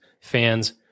fans